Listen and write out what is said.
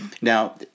Now